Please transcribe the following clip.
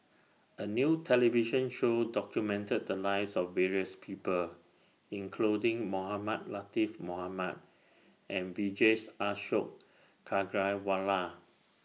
A New television Show documented The Lives of various People including Mohamed Latiff Mohamed and Vijesh Ashok Ghariwala